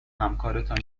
همکارتان